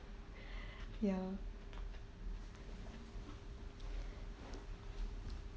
ya